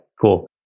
cool